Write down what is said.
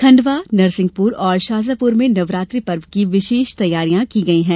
खंडवा नरसिंहपुर और शाजापुर में नवरात्रि पर्व की विशेष तैयारियां की गई हैं